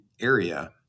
area